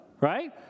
right